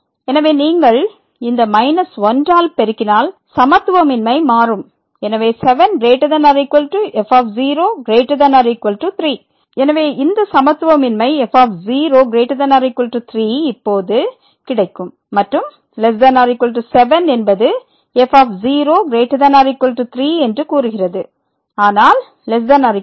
எனவே நீங்கள் இங்கே மைனஸ் 1 ஆல் பெருக்கினால் சமத்துவமின்மை மாறும் எனவே 7≥f0≥3 எனவே இந்த சமத்துவமின்மை f0≥3 இப்போது கிடைக்கும் மற்றும் ≤7 என்பது f0 3 என்று கூறுகிறது ஆனால் ≤7